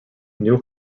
new